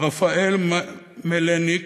רפאל מלניק,